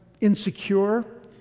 insecure